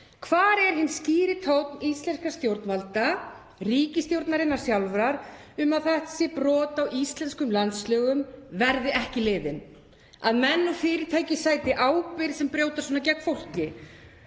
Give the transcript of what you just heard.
Hvar er hinn skýri tónn íslenskra stjórnvalda, ríkisstjórnarinnar sjálfrar, um að þessi brot á íslenskum landslögum verði ekki liðin, að fyrirtæki sæti ábyrgð sem brjóta svona gegn fólki